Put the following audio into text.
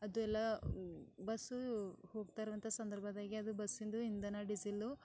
ಅದೆಲ್ಲ ಬಸ್ ಹೋಗ್ತಾಯಿರುವಂಥ ಸಂದರ್ಭದಾಗೆ ಅದು ಬಸ್ಸಿಂದು ಇಂಧನ ಸಿಡಿಲು